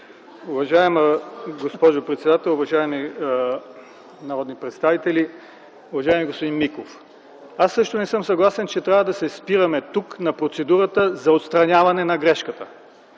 Уважаема госпожо председател, уважаеми народни представители! Уважаеми господин Миков, аз също не съм съгласен, че трябва да се спираме тук на процедурата за отстраняване на грешка